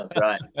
right